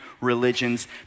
religions